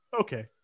okay